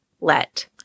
let